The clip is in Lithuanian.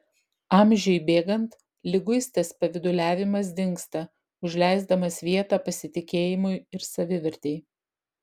amžiui bėgant liguistas pavyduliavimas dingsta užleisdamas vietą pasitikėjimui ir savivartei